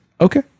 Okay